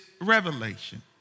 revelation